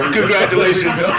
Congratulations